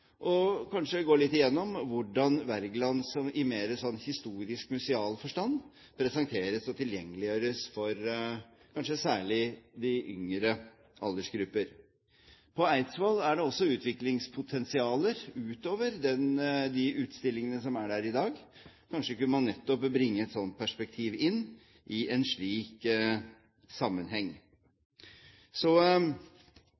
og går litt igjennom hvordan Wergeland i mer historisk-museal forstand presenteres og tilgjengeliggjøres for kanskje særlig de yngre aldersgrupper. På Eidsvoll er det også utviklingspotensialer utover de utstillingene som er der i dag. Kanskje kunne man nettopp bringe et sånt perspektiv inn i en slik sammenheng.